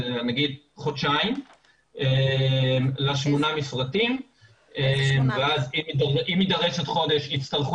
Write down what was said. נגיד חודשיים לשמונה מפרטים ואז אם יידרש עוד חודש יצטרכו